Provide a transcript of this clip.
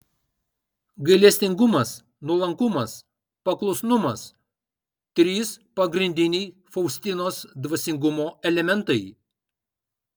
gailestingumas nuolankumas paklusnumas trys pagrindiniai faustinos dvasingumo elementai